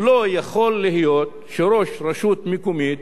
שלא יכול להיות שראש רשות מקומית